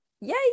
yay